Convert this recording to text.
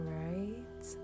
right